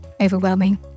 overwhelming